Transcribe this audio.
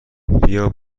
بیا